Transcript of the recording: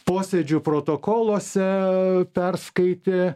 posėdžių protokoluose perskaitė